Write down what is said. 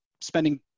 spending